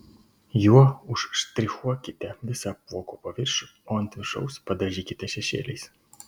juo užštrichuokite visą voko paviršių o ant viršaus padažykite šešėliais